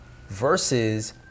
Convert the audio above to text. versus